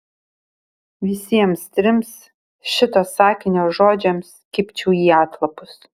visiems trims šito sakinio žodžiams kibčiau į atlapus